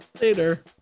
Later